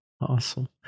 Awesome